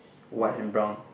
white and brown